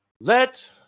let